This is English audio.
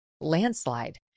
landslide